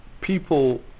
People